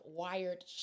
wired